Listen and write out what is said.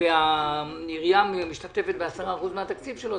והעירייה משתתפת ב-10% מהתקציב שלו,